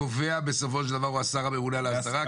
הקובע בסופו של דבר הוא השר הממונה על ההסדרה?